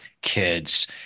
kids